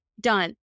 Done